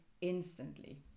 instantly